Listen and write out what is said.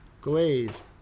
glaze